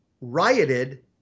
rioted